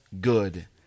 good